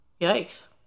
Yikes